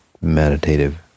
meditative